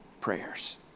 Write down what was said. prayers